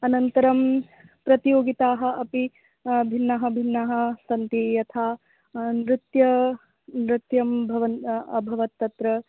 अनन्तरं प्रतियोगिताः अपि भिन्नः भिन्नः सन्ति यथा नृत्यं नृत्यं भवन् अभवत् तत्र